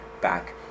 back